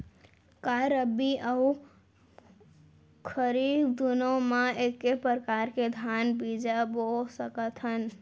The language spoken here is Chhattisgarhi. का रबि अऊ खरीफ दूनो मा एक्के प्रकार के धान बीजा बो सकत हन?